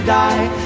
die